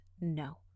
No